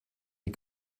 die